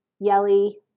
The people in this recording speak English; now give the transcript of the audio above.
yelly